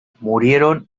murieron